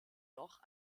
noch